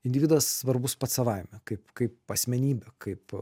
individas svarbus pats savaime kaip kaip asmenybė kaip